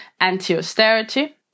anti-austerity